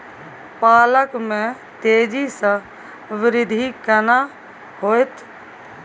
पालक में तेजी स वृद्धि केना होयत?